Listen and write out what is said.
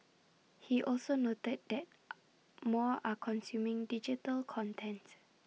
he also noted that more are consuming digital contents